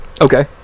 okay